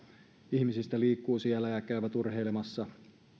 ihmisistä liikkuu siellä ja käy urheilemassa